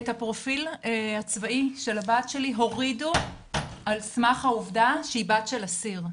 את הפרופיל הצבאי של הבת שלי הורידו על סמך העובדה שהיא בת אסיר,